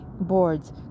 boards